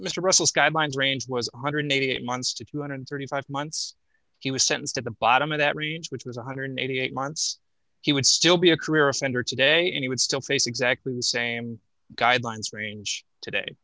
mr russell skylines range was one hundred and eighty eight months to two hundred and thirty five months he was sentenced at the bottom of that range which was one hundred and eighty eight months he would still be a career offender to date and he would still face exactly the same guidelines range today